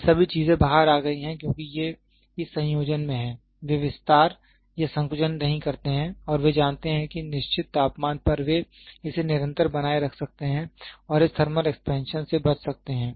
ये सभी चीजें बाहर आ गई हैं क्योंकि ये इस संयोजन में हैं वे विस्तार या संकुचन नहीं करते हैं और वे जानते हैं कि निश्चित तापमान पर वे इसे निरंतर बनाए रख सकते हैं और इस थर्मल एक्सपेंशन से बच सकते हैं